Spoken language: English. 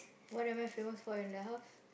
what am I famous for in the house